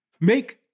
Make